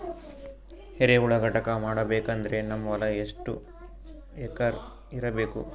ಎರೆಹುಳ ಘಟಕ ಮಾಡಬೇಕಂದ್ರೆ ನಮ್ಮ ಹೊಲ ಎಷ್ಟು ಎಕರ್ ಇರಬೇಕು?